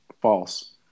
false